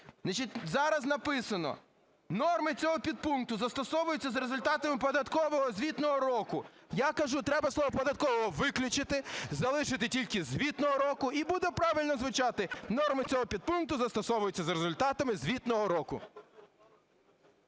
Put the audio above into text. Зараз написано: "норми цього підпункту застосовуються за результатами податкового звітного року". Я кажу, треба слово "податкового" виключити, залишити тільки "звітного року" - і буде правильно звучати: "норми цього підпункту застосовуються за результатами звітного року".